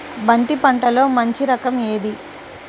బంతి పంటలో మంచి రకం ఏది?